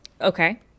Okay